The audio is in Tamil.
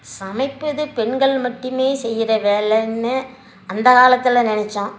சமைப்பது பெண்கள் மட்டுமே செய்கிற வேலைன்னு அந்த காலத்தில் நினைச்சோம்